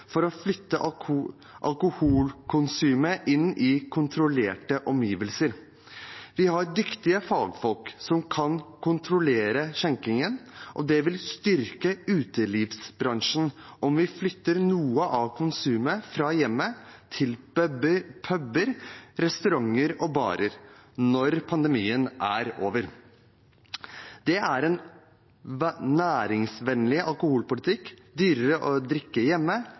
for å flytte alkoholkonsumet inn i kontrollerte omgivelser. Vi har dyktige fagfolk som kan kontrollere skjenkingen, og det vil styrke utelivsbransjen om vi flytter noe av konsumet fra hjemmet til puber, restauranter eller barer – når pandemien er over. Det er en næringsvennlig alkoholpolitikk: dyrere å drikke hjemme,